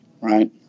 Right